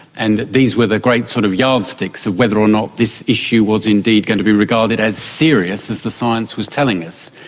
and that these were the great sort of yardsticks of whether or not this issue was indeed going to be regarded as serious as the science was telling us.